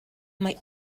mae